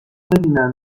ببینن